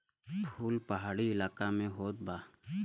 फूल पहाड़ी इलाका में होत बा